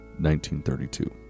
1932